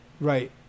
Right